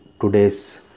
today's